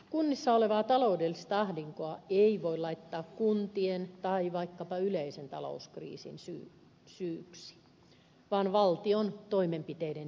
kunnissa olevaa taloudellista ahdinkoa ei voi laittaa kuntien tai vaikkapa yleisen talouskriisin syyksi vaan valtion toimenpiteiden seuraukseksi